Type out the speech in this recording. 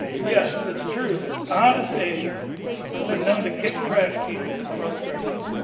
yes it's true that honest abe has been known to kick trash cans in frustration.